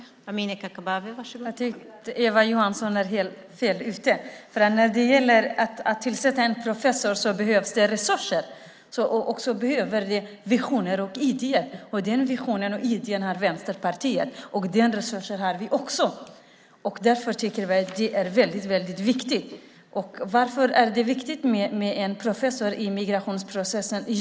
Fru talman! Jag tycker att Eva Johnsson är helt fel ute. När det gäller att tillsätta en professor behövs det resurser. Det behövs också visioner och idéer. Sådana visioner och idéer har Vänsterpartiet. Vi har också resurser. Därför tycker vi att det är väldigt viktigt. Varför är det viktigt med en professor i migrationsprocessen?